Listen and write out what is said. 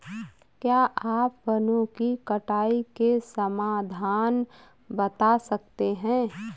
क्या आप वनों की कटाई के समाधान बता सकते हैं?